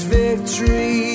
victory